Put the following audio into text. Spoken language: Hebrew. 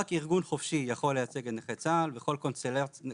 רק ארגון חופשי יכול לייצג את נכי צה"ל וכל קונסטלציה